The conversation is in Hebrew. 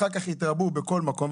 אחר כך הם התרבו בכל מקום,